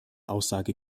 aussage